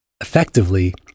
effectively